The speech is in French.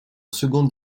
seconde